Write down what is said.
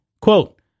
Quote